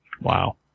Wow